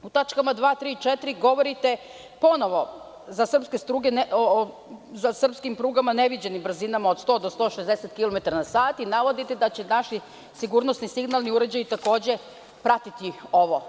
U tačkama 2, 3. i 4. govorite ponovo o srpskim prugama neviđenim brzinama od 100 do 160 kilometara na sat i navodite da će naši sigurnosni signalni uređaji takođe pratiti ovo.